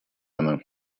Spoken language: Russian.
она